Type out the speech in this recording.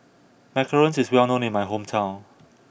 Macarons is well known in my hometown